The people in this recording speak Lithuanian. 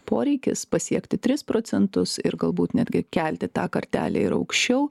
poreikis pasiekti tris procentus ir galbūt netgi kelti tą kartelę ir aukščiau